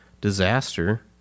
disaster